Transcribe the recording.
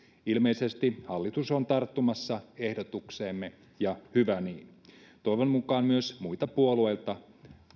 ilmeisesti hallitus on tarttumassa ehdotukseemme ja hyvä niin toivon mukaan myös muita puolueita